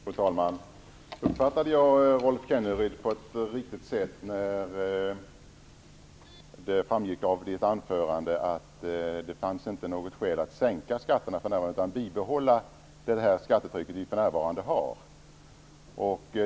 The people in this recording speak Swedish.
Fru talman! Uppfattade jag Rolf Kenneryd på ett riktigt sätt, så att det av hans anförande framgick att det inte fanns något skäl att sänka skatterna för närvarande utan att vi bör bibehålla det skattetryck vi för närvarande har?